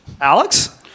Alex